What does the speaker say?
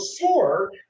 four